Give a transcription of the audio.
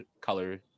color